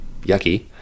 yucky